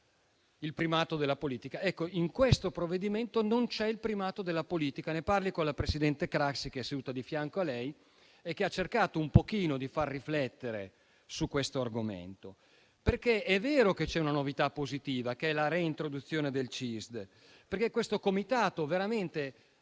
in questa sede dal collega. Ecco, in questo provvedimento non c'è il primato della politica. Ne parli con la presidente Craxi, che è seduta di fianco a lei e che ha cercato un pochino di far riflettere su questo argomento. È vero che c'è una novità positiva, che è la reintroduzione del CISD. Questo Comitato veramente